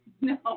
No